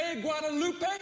Guadalupe